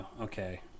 Okay